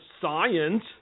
science